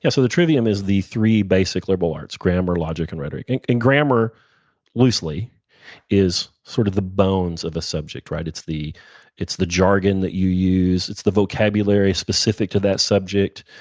yeah so the trivium is the three basic liberal arts, grammar, logic, and rhetoric. and and grammar loosely is sort of the bones of the subject, right? it's the it's the jargon that you use. it's the vocabulary specific to that subject.